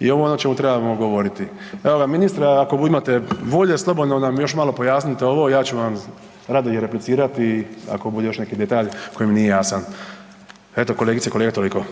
i ovo je ono o čemu trebamo govoriti. Evo ministre ako imate volje slobodno nam još malo pojasnite ja ću vam rado i replicirati ako bude još neki detalj koji mi nije jasan. Eto kolegice i kolege toliko.